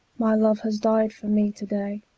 my love has died for me to-day,